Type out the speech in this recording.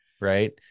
right